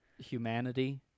humanity